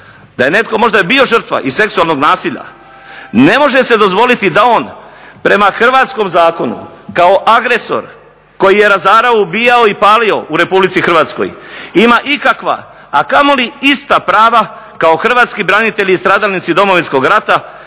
da je netko možda bio žrtva i seksualnog nasilja, ne može se dozvoliti da on prema hrvatskom zakonu kao agresor koji je razarao, ubijao i palio u Republici Hrvatskoj ima ikakve, a kamoli ista prava kao hrvatski branitelji i stradalnici Domovinskog rata,